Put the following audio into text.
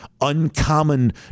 uncommon